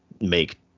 make